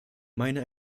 meine